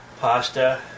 pasta